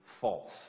false